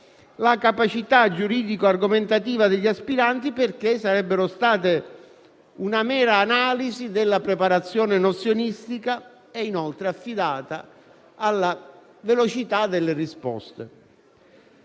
la capacità giuridico-argomentativa degli aspiranti, perché sarebbero state una mera analisi della preparazione nozionistica, affidata inoltre alla velocità delle risposte.